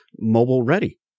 mobile-ready